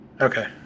okay